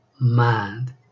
mind